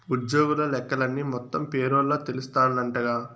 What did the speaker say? ఉజ్జోగుల లెక్కలన్నీ మొత్తం పేరోల్ల తెలస్తాందంటగా